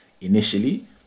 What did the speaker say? initially